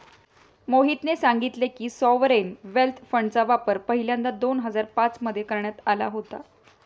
मोहितने सांगितले की, सॉवरेन वेल्थ फंडचा वापर पहिल्यांदा दोन हजार पाच मध्ये करण्यात आला होता